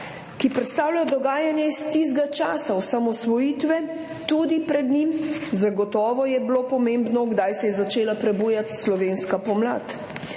ki predstavljajo dogajanje iz tistega časa osamosvojitve, tudi pred njim – zagotovo je bilo pomembno, kdaj se je začela prebujati slovenska pomlad